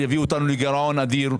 יביאו אותנו לגירעון אדיר,